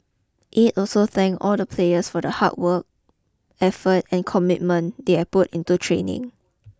Aide also thank all of the players for the hard work effort and commitment they had put into training